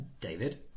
David